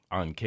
on